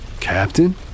Captain